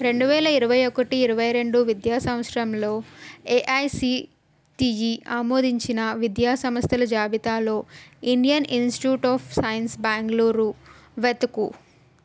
రెండు వేల ఇరవై ఒకటి ఇరవై రెండు విద్యా సంవత్సరంలో ఏఐసిటిఈ ఆమోదించిన విద్యా సంస్థల జాబితాలో Indian Institute of Science Bengaluru వెతుకుము